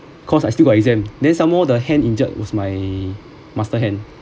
because I still got exam then some more the hand injure was my master hand